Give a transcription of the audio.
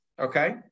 Okay